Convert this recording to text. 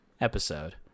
episode